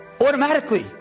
automatically